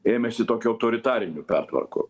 ėmėsi tokių autoritarinių pertvarkų